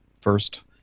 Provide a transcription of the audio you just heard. first